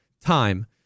time